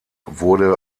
wurde